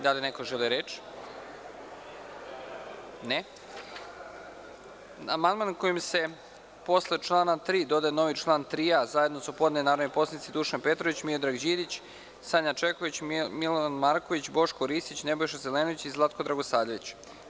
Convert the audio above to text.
Da li neko želi reč? (Ne.) Amandman koji se posle člana 3. dodaje novi član 3a, zajedno su podneli narodni poslanici Dušan Petrović, Miodrag Đidić, Sanja Čeković, Milovan Marković, Boško Ristić, Nebojša Zelenović i Zlatko Dragosavljević.